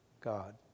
god